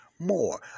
more